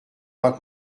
pas